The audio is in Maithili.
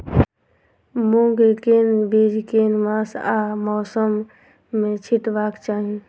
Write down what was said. मूंग केँ बीज केँ मास आ मौसम मे छिटबाक चाहि?